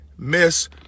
miss